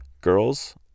Girls